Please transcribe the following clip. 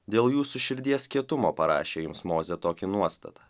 dėl jūsų širdies kietumo parašė jums moze tokį nuostatą